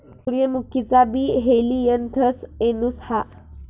सूर्यमुखीचा बी हेलियनथस एनुस हा